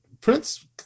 Prince